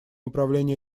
управление